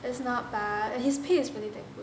that's not but his pay is really damn good